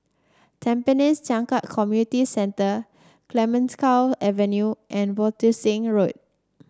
Tampines Changkat Community Centre Clemenceau Avenue and Abbotsingh Road